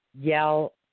yell